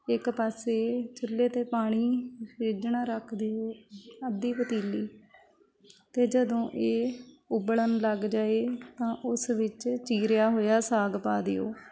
ਇੱਕ ਪਾਸੇ ਚੁੱਲ੍ਹੇ 'ਤੇ ਪਾਣੀ ਰਿੱਝਣਾ ਰੱਖ ਦਿਓ ਅੱਧੀ ਪਤੀਲੀ ਅਤੇ ਜਦੋਂ ਇਹ ਉਬਲਣ ਲੱਗ ਜਾਏ ਤਾਂ ਉਸ ਵਿੱਚ ਚੀਰਿਆ ਹੋਇਆ ਸਾਗ ਪਾ ਦਿਓ